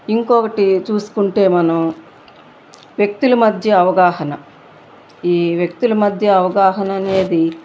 ఇంకొకటి చూసుకుంటే మనం వ్యక్తుల మధ్య అవగాహన ఈ వ్యక్తుల మధ్య అవగాహన అనేది